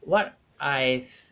what I